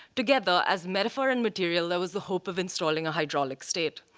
together, as metaphor and material, that was the hope of installing a hydraulic state.